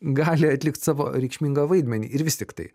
gali atlikt savo reikšmingą vaidmenį ir vis tiktai